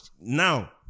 now